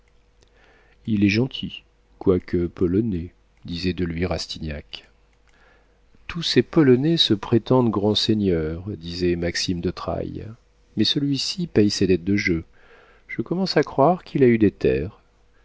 il est gentil quoique polonais disait de lui rastignac tous ces polonais se prétendent grands seigneurs disait maxime de trailles mais celui-ci paie ses dettes de jeu je commence à croire qu'il a eu des terres